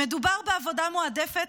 מדובר בעבודה מועדפת,